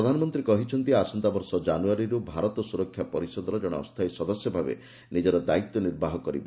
ପ୍ରଧାନମନ୍ତ୍ରୀ କହିଛନ୍ତି ଆସନ୍ତାବର୍ଷ ଜାନୁଆରୀରୁ ଭାରତ ସୁରକ୍ଷା ପରିଷଦର ଜଣେ ଅସ୍ଥାୟୀ ସଦସ୍ୟ ଭାବେ ନିଜର ଦାୟିତ୍ୱ ନିର୍ବାହ କରିବ